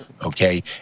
Okay